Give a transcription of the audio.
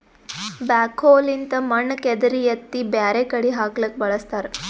backhoe ಲಿಂದ್ ಮಣ್ಣ್ ಕೆದರಿ ಎತ್ತಿ ಬ್ಯಾರೆ ಕಡಿ ಹಾಕ್ಲಕ್ಕ್ ಬಳಸ್ತಾರ